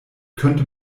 könnte